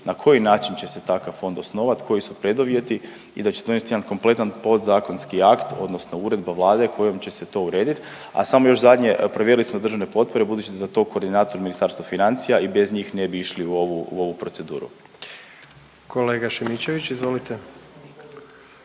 na koji način će se takav fond osnovati, koji su preduvjeti i da će donesti jedan kompletan podzakonski akt, odnosno uredba Vlade kojom će se to urediti. A samo još zadnje, provjerili smo državne potpore budući da je za to koordinator Ministarstvo financija i bez njih ne bi išli u ovu proceduru. **Jandroković, Gordan